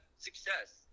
success